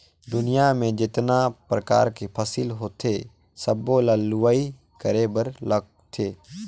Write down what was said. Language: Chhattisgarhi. दुनियां में जेतना परकार के फसिल होथे सबो ल लूवाई करे बर लागथे